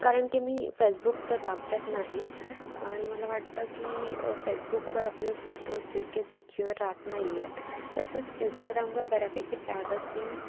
कारण की मी फेसबुक तर वापरत नाही आणि मला वाटतं की फेसबुकवर आपले फोटोज तितके सिक्योर रहात नाही आहेत तसंच इंस्टाग्रामवर बऱ्यापैकी प्रायव्हसी